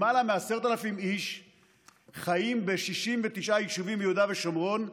למעלה מ-10,000 איש חיים ב-69 יישובים ביהודה ושומרון.